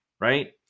right